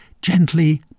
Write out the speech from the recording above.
gently